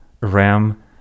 Ram